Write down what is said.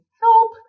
help